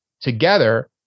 together